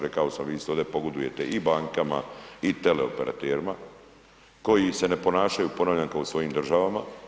Rekao sam isto pogodujete i bankama, i teleoperaterima koji se ne ponašaju ponavljam kao u svojim državama.